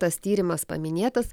tas tyrimas paminėtas